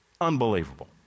Unbelievable